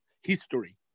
history